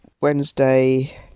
Wednesday